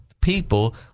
people